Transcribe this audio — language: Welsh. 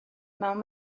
mewn